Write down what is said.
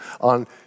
on